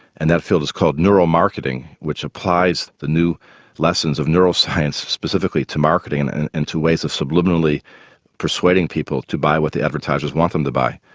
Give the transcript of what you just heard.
and that field is called neuro-marketing which applies the new lessons of neuroscience specifically to marketing and and and to ways of subliminally persuading people to buy what the advertisers want them to buy.